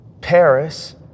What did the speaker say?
Paris